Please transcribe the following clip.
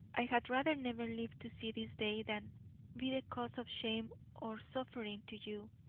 i had rather never lived to see this day than be the cause of shame or suffering to you.